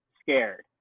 scared